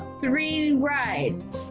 three rides.